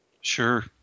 Sure